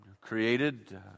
created